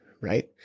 right